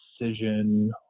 precision